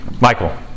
Michael